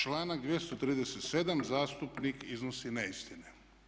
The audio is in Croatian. Članak 237. zastupnik iznosi neistine.